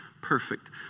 perfect